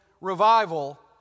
revival